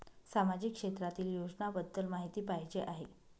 सामाजिक क्षेत्रातील योजनाबद्दल माहिती पाहिजे आहे?